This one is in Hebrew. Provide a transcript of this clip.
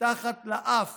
מתחת לאף